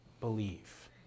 believe